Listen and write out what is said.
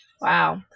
Wow